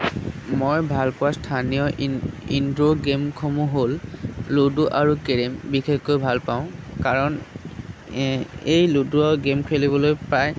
মই ভালপোৱা স্থানীয় ইন্দোৰ গেমসমূহ হ'ল লুডু আৰু কেৰেম বিশেষকৈ ভাল পাঁও কাৰণ এই এই লুডু আৰু গেম খেলিবলৈ প্ৰায়